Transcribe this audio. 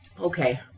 Okay